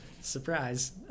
Surprise